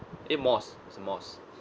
a mosque it's a mosque